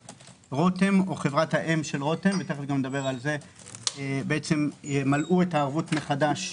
רותם או חברת האם של רותם ימלאו את הערבות מחדש,